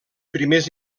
primers